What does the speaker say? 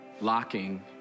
Locking